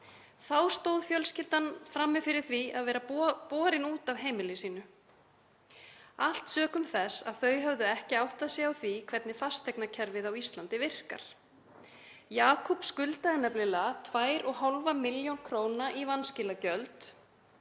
Þá stóð fjölskyldan frammi fyrir því að vera borin út af heimili sínu, allt sökum þess að þau höfðu ekki áttað sig á því hvernig fasteignakerfið á Íslandi virkar. Jakub skuldaði nefnilega 2,5 milljónir króna í vanskilagjöld